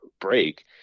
break